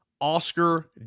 Oscar